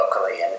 locally